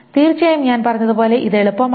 തീർച്ചയായും ഞാൻ പറഞ്ഞതുപോലെ ഇത് എളുപ്പമാണ്